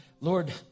Lord